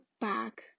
back